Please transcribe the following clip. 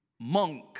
monk